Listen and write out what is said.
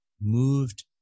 moved